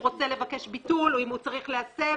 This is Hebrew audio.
רוצה לבקש ביטול או אם הוא צריך להסב.